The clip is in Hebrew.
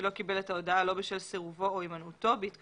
שלא קיבל את ההודעה לא בשל סירובו או הימנעותו בהתקיים